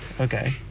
Okay